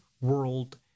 world